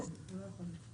מי נמנע.